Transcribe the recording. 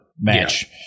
match